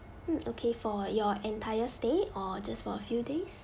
mm okay for your entire stay or just for a few days